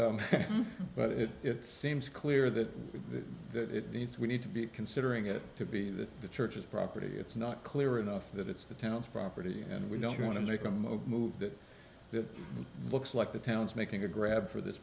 but but it it seems clear that that needs we need to be considering it to be that the church is property it's not clear enough that it's the town's property and we don't want to make a move move that it looks like the town's making a grab for this